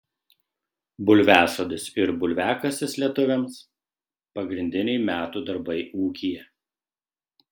bulviasodis ir bulviakasis lietuviams pagrindiniai metų darbai ūkyje